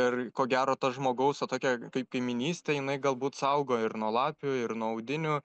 ir ko gero ta žmogaus va tokia kaip kaiminystė jinai galbūt saugo ir nuo lapių ir nuo audinių